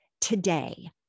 today